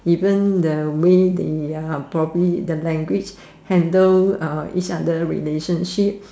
even the way they probably the language handle uh each other relationship